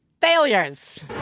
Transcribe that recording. Failures